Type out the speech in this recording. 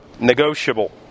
negotiable